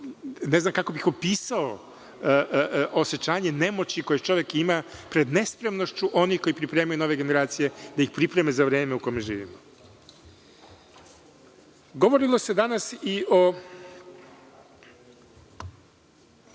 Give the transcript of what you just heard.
ne znam kako bih opisao osećanje nemoći koje čovek ima pred nespremnošću onih koji pripremaju nove generacije da ih pripreme za vreme u kome živimo. Govorilo se danas i o